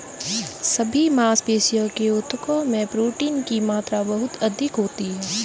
सभी मांसपेशियों के ऊतकों में प्रोटीन की मात्रा बहुत अधिक होती है